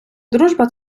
дружба